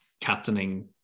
captaining